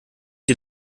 die